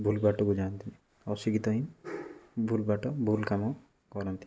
ଭୁଲ ବାଟକୁ ଯାଆନ୍ତିନି ଅଶିକ୍ଷିତ ହିଁ ଭୁଲ ବାଟ ଭୁଲ କାମ କରନ୍ତି